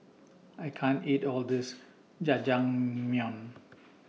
I can't eat All of This Jajangmyeon